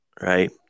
Right